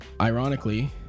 ironically